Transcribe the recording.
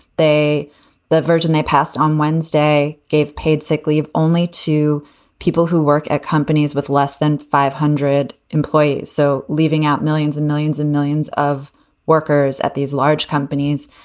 they the virgin, they passed on wednesday gave paid sick leave only to people who work at companies with less than five hundred employees. so leaving out millions and millions and millions of workers at these large companies,